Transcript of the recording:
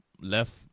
left